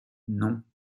non